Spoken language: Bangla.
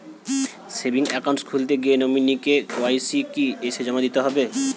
সেভিংস একাউন্ট খুলতে গিয়ে নমিনি কে.ওয়াই.সি কি এসে জমা দিতে হবে?